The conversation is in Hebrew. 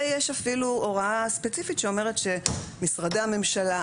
ויש אפילו הוראה ספציפית שאומרת שמשרדי הממשלה,